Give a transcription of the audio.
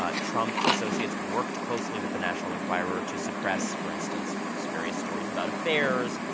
ah trump associates worked closely with the national enquirer to suppress, for instance, various stories about affairs.